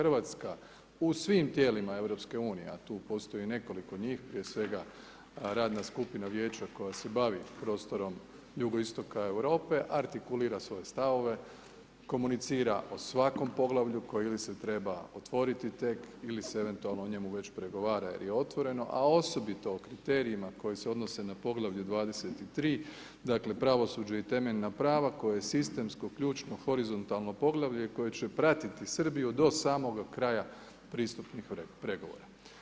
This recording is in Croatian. RH u svim tijelima EU, a tu postoji nekoliko njih, prije svega, radna skupina vijeća koja se bavi prostorom jugoistoka Europe, artikulira svoje stavove, komunicira o svakom poglavlju koje ili se treba otvoriti tek ili se eventualno o njemu već pregovara jer je otvoreno, a osobito o kriterijima koji se odnose na poglavlje 23, dakle, pravosuđu i temeljna prava koje je sistemsko, ključno, horizontalno poglavlje i koje će pratiti Srbiju do samoga kraja pristupnih pregovora.